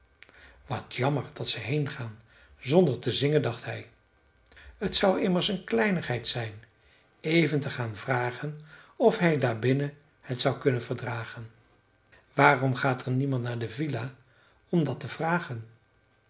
wat jammer dat ze heengaan zonder te zingen dacht hij t zou immers een kleinigheid zijn even te gaan vragen of hij daarbinnen het zou kunnen verdragen waarom gaat er niemand naar de villa om dat te vragen